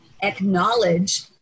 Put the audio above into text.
acknowledge